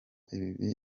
ibi